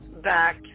back